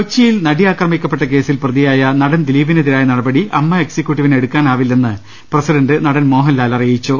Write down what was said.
കൊച്ചിയിൽ നടി ആക്രമിക്കപ്പെട്ട കേസിൽ പ്രതിയായ നടൻ ദിലീപിനെതിരായ നടപടി അമ്മ എക്സിക്യൂട്ടീവിന് എടുക്കാനാവില്ലെന്ന് പ്രസിഡന്റ് നടൻ മോഹൻലാൽ പറഞ്ഞു